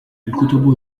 الكتب